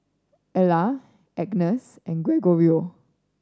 Ela Agness and Gregorio